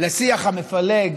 לשיח המפלג,